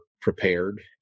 prepared